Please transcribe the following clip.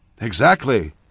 Exactly